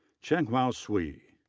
chenghao so cui,